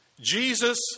Jesus